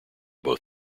both